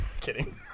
Kidding